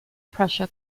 prussia